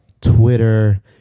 Twitter